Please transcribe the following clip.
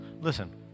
Listen